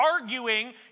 arguing